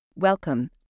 Welcome